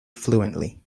fluently